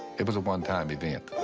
it was a one-time event.